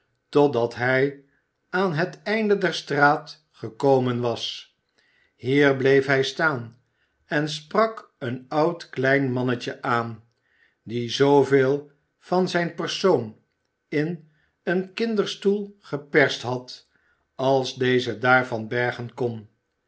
totdat hij aan het einde der straat gekomen was hier bleef hij staan en sprak een oud klein mannetje aan die zooveel van zijn persoon in een kinderstoel geperst had als deze daarvan bergen kon